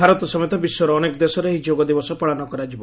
ଭାରତ ସମେତ ବିଶ୍ୱର ଅନେକ ଦେଶରେ ଏହି ଯୋଗ ଦିବସ ପାଳନ କରାଯିବ